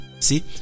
See